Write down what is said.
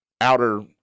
outer